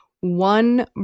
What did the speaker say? one